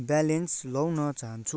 balance लगाउन चाहन्छु